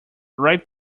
ripe